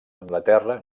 anglaterra